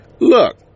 Look